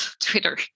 Twitter